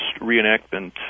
reenactment